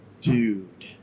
dude